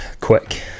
quick